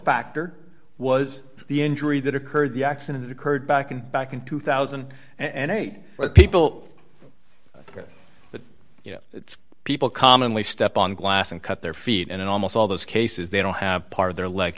factor was the injury that occurred the accident occurred back in back in two thousand and eight but people ok but you know it's people commonly step on glass and cut their feet and in almost all those cases they don't have part of their leg